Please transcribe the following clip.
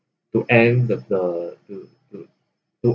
to end the the to to to